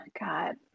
god